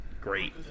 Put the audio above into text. Great